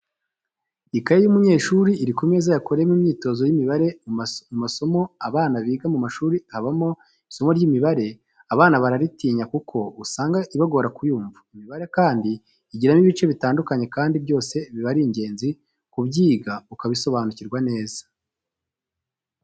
Ikaye y'umunyeshuri iri ku meza yakoreyemo imyitozo y'imibare mu masomo abana biga mu mashuri habamo isomo ry'imibare abanshi bararitinya kuko usanga ibagora kuyumva, imibare kandi igiramo ibice bitandukanye kandi byose biba ari ingenzi kubyiga ukabisobanukirwa neza.